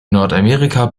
nordamerika